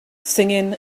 singing